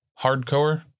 hardcore